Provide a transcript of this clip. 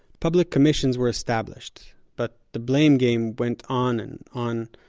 public commissions were established, but the blame game went on and on.